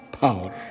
power